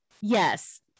yes